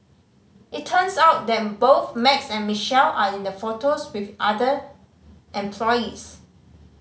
it turns out that both Max and Michelle are in the photos with other employees